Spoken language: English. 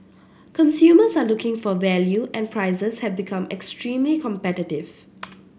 consumers are looking for value and prices have become extremely competitive